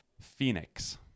Phoenix